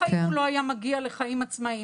בחיים הוא לא היה מגיע לחיים עצמאיים.